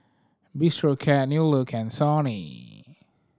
Bistro Cat New Look and Sony